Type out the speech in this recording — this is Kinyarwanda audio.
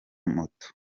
moto